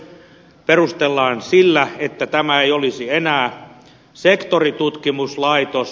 sitä perustellaan sillä että tämä ei olisi enää sektoritutkimuslaitos